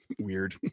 Weird